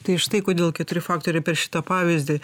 tai štai kodėl keturi faktoriai per šitą pavyzdį